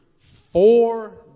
four